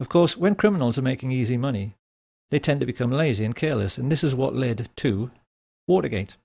of course when criminals are making easy money they tend to become lazy and careless and this is what led to watergate